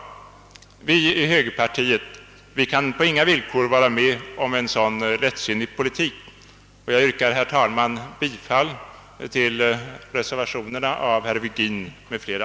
Vi i högerpartiet kan på inga villkor vara med om en sådan lättsinnig politik och jag yrkar, herr talman, bifall till reservationerna av herr Virgin m.fl.